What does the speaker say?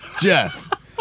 Jeff